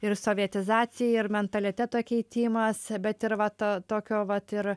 ir sovietizacijai ir mentaliteto keitimas bet ir vat tokio vat ir